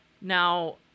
Now